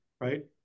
right